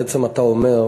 בעצם אתה אומר,